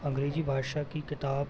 अंग्रेज़ी भाषा की किताब